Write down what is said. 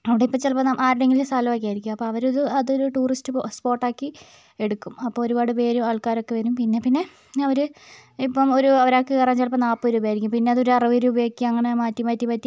അവിടെ ഇപ്പം ചിലപ്പം ന ആരുടെയെങ്കിലും സ്ഥലം ഒക്കെ ആയിരിക്കും അപ്പം അവരത് അതൊരു ടൂറിസ്റ്റ് പോ സ്പോട്ട് ആക്കി എടുക്കും അപ്പം ഒരുപാട് പേരും ആൾക്കാരൊക്കെ വരും പിന്നെ പിന്നെ അവർ ഇപ്പം ഒരു ഒരാൾക്ക് കയറാൻ ചിലപ്പോൾ നാൽപ്പത് രൂപയായിരിക്കും പിന്നെ അതൊരു അറുപത് രൂപ ആക്കി അങ്ങനെ മാറ്റി മാറ്റി മാറ്റി